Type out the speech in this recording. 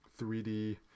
3D